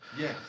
Yes